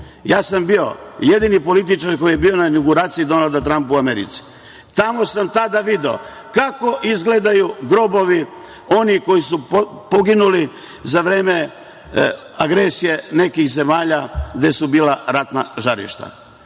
Ja sam bio jedini političar koji je bio na inauguraciji Donalda Trampa u Americi. Tamo sam tada video kako izgledaju grobovi onih koji su poginuli za vreme agresije nekih zemalja gde su bila ratna žarišta.